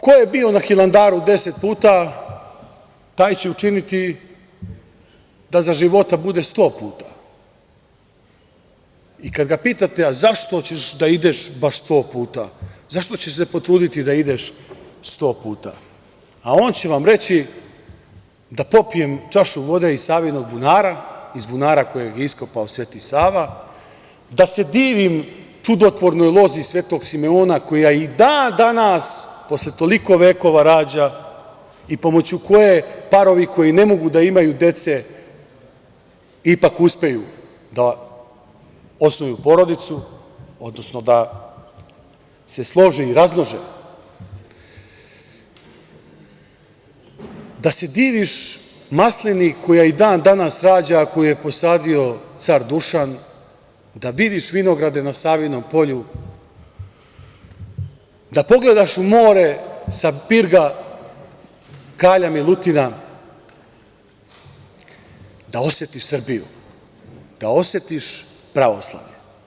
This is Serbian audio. Ko je bio na Hilandaru 10 puta, taj će učiniti da za života bude 100 puta i kada ga pitate – zašto će da ideš baš 100 puta, zašto ćeš se potruditi da ideš 100 puta, a on će vam reći – da popijem čašu vode iz Savinog bunara, iz bunara koji je iskopao Sveti Sava, da se divim čudotvornoj lozi Svetog Simeona, koja i dan danas posle toliko vekova rađa i pomoću koje parovi koji ne mogu da imaju dece ipak uspeju da osnuju porodicu, odnosno da se slože i razmnože, da se divim maslini koja i dan danas rađa, a koju je posadio car Dušan, da vidiš vinograde na Savinom polju, da pogledaš u more sa pirga kralja Milutina, da osetiš Srbiju, da osetiš pravoslavlje.